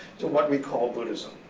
to what we call buddhism.